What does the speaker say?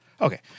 Okay